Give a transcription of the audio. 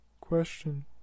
Question